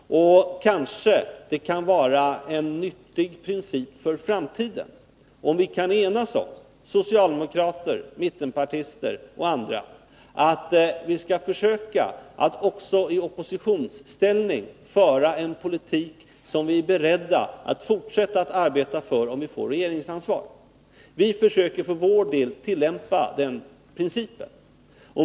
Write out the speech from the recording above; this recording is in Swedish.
Kanske vore det nyttigt för framtiden om vi — socialdemokrater, mittenpartister och andra — kunde enas om att försöka att också i oppositionsställning föra en politik som vi är beredda att fortsätta att arbeta för också om vi får regeringsansvar. Vi försöker för vår del tillämpa den principen.